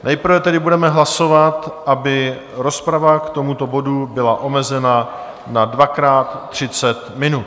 Nejprve tedy budeme hlasovat, aby rozprava k tomuto bodu byla omezena na dvakrát třicet minut.